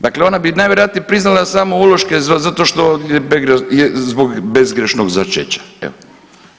Dakle, ona bi najvjerojatnije priznala samo uloške zato što je, zbog bezgrešnog začeća, je li.